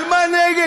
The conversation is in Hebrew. על מה נגד?